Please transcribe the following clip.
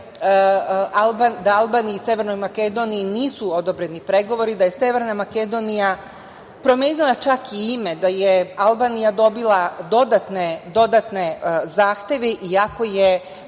da Albaniji i Severnoj Makedoniji nisu odobreni pregovori, da je Severna Makedonija promenila čak i ime, da je Albanija dobila dodatne zahteve, iako je